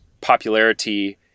popularity